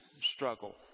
struggle